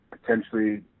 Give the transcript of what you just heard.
potentially